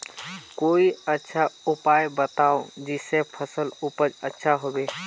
कोई अच्छा उपाय बताऊं जिससे फसल उपज अच्छा होबे